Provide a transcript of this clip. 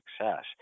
success